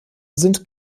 sind